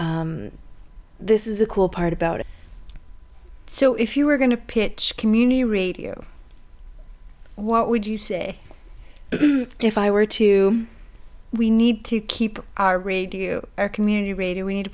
the this is the cool part about it so if you were going to pitch community radio what would you say if i were to we need to keep our radio you our community radio we need to